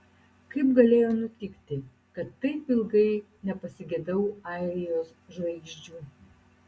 kaip galėjo nutikti kad taip ilgai nepasigedau airijos žvaigždžių